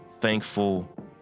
thankful